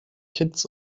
kitts